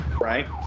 Right